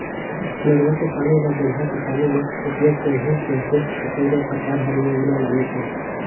नरूवा के पानी ल बड़िया किसानी मे उपयोग करही कहिके छत्तीसगढ़ सरकार हर योजना लानिसे